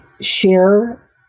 share